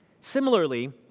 Similarly